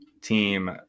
team